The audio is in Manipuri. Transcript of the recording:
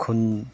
ꯈꯨꯟ